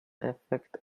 effect